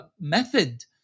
method